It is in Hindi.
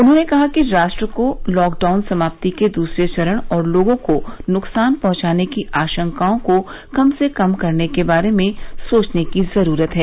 उन्होंने कहा कि राष्ट्र को लॉकडाउन समाप्ति के दूसरे चरण और लोगों को नुकसान पहुंचने की आशंकाओं को कम से कम करने के बारे में सोचने की जरूरत है